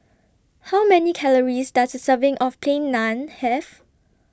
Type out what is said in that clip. How Many Calories Does A Serving of Plain Naan Have